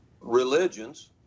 religions